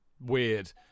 weird